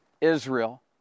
Israel